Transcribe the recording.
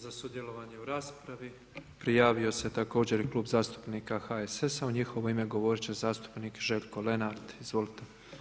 Za sudjelovanje u raspravi prijavio se također i Klub zastupnika HSS-a u njihovo ime govoriti će zastupnik Željko Lenart, izvolite.